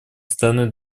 стороны